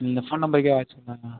இந்த ஃபோன் நம்பருக்கே வாட்ஸ்அப்